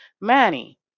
Manny